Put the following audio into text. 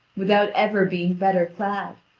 without ever being better clad.